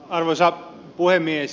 arvoisa puhemies